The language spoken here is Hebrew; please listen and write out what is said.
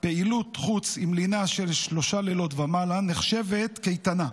פעילות-חוץ עם לינה של שלושה לילות ומעלה נחשבת קייטנה,